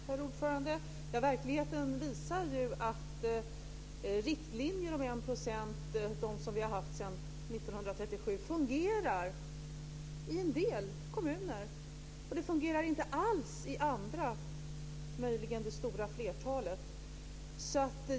Herr talman! Verkligheten visar ju att riktlinjer om 1 %, som vi har haft sedan 1937, fungerar i en del kommuner och fungerar inte alls i andra, möjligen det stora flertalet.